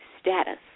status